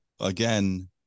again